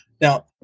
Now